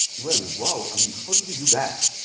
well, wow, i mean, how did you do that?